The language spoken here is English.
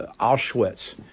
Auschwitz